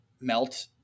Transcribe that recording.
melt